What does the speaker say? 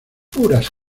puras